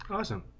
Awesome